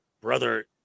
brother